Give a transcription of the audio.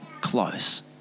close